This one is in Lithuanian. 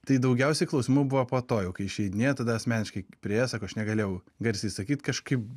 tai daugiausiai klausimų buvo po to jau kai išeidinėja tada asmeniškai priėjo sako aš negalėjau garsiai sakyt kažkaip